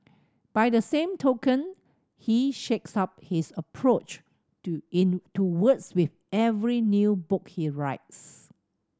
by the same token he shakes up his approach to in to words with every new book he writes